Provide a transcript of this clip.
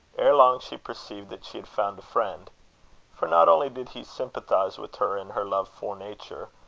ere long she perceived that she had found a friend for not only did he sympathize with her in her love for nature,